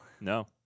No